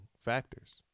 factors